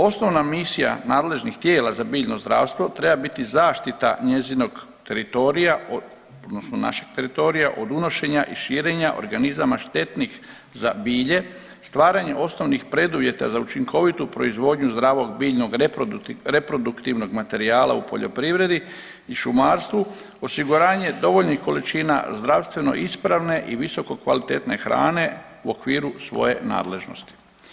Osnovna misija nadležnih tijela za biljno zdravstvo treba biti zaštita njezinog teritorija odnosno našeg teritorija od unošenja i širenja organizama štetnih za bilje, stvaranje osnovnih preduvjeta za učinkovitu proizvodnju zdravog biljnog reproduktivnog materijala u poljoprivredi i šumarstvu, osiguranje dovoljnih količina zdravstveno ispravne i visokokvalitetne hrane u okviru svoje nadležnosti.